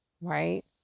right